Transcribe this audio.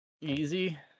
Easy